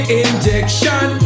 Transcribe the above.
injection